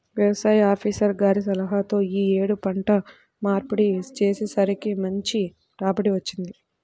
యవసాయ ఆపీసర్ గారి సలహాతో యీ యేడు పంట మార్పిడి చేసేసరికి మంచి రాబడి వచ్చింది